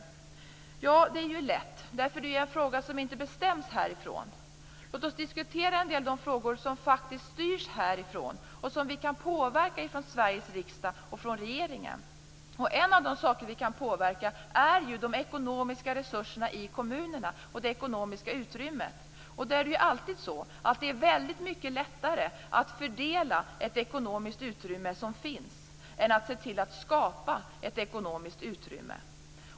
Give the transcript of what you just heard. Det är ju lätt, därför att det är en fråga som inte bestäms härifrån. Låt oss diskutera de frågor som faktiskt styrs härifrån och som vi kan påverka från Sveriges riksdag och från regeringen. En av de saker vi kan påverka är ju de ekonomiska resurserna i kommunerna och det ekonomiska utrymmet. Det är alltid väldigt mycket lättare att fördela ett ekonomiskt utrymme som finns än att se till att skapa ett ekonomiskt utrymme.